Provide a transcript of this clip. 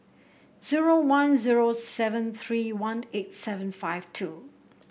zero one zero seven three one eight seven five two